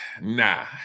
nah